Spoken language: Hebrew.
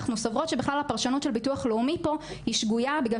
אנחנו סוברות שהפרשנות של ביטוח לאומי שגויה בגלל